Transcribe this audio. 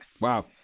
Wow